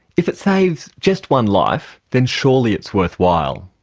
if it saves just one life, then surely it's worthwhile.